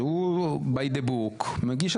אם הוא מגיש את הצעת החוק by the book, אז